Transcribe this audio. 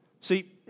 See